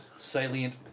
salient